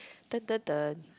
dun dun dun